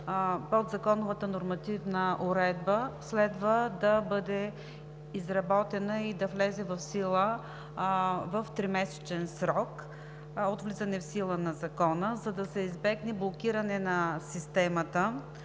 подзаконовата нормативна уредба следва да бъде изработена и да влезе в сила в тримесечен срок от влизането в сила на Закона. За да се избегне блокиране на системата